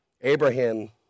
Abraham